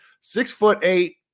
Six-foot-eight